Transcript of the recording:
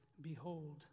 Behold